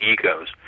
egos